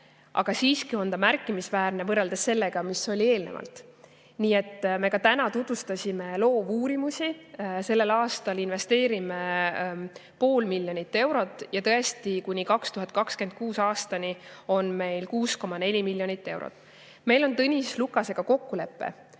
aga siiski on ta märkimisväärne võrreldes sellega, mis oli eelnevalt. Me ka täna tutvustasime loovuurimusi. Sellel aastal investeerime pool miljonit eurot. Ja tõesti, kuni 2026. aastani on meil 6,4 miljonit eurot. Meil on Tõnis Lukasega kokkulepe